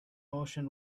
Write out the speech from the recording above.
motion